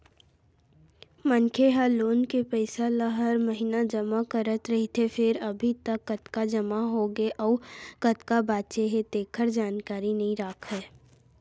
मनखे ह लोन के पइसा ल हर महिना जमा करत रहिथे फेर अभी तक कतका जमा होगे अउ कतका बाचे हे तेखर जानकारी नइ राखय